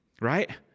Right